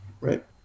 right